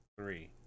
three